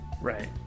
Right